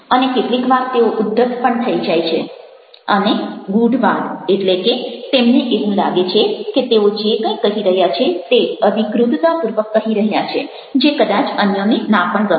અને કેટલીક વાર તેઓ ઉદ્ધત પણ થઈ જાય છે અને ગૂઢવાદ એટલે કે તેમને એવું લાગે છે કે તેઓ જે કંઈ કહી રહ્યા છે તે અધિકૃતતાપૂર્વક કહી રહ્યા છે જે કદાચ અન્યોને ના પણ ગમે